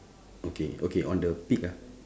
okay okay on the pig ah